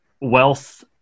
wealth